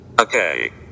Okay